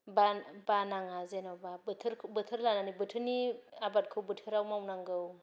बा बानाङा जेन'बा बोथोरखौ बोथोर लानानै बोथोरनि आबादखौ बोथोराव मावनांगौ